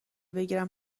بگیرم